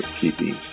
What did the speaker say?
Keeping